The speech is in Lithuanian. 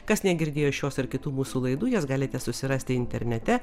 kas negirdėjo šios ar kitų mūsų laidų jas galite susirasti internete